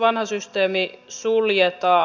vanha systeemi suljetaan